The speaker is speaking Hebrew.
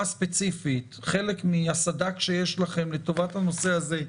ספציפית חלק מהסד"כ שיש לכם לטובת הנושא הזה,